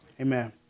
Amen